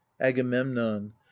agamemnon